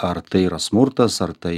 ar tai yra smurtas ar tai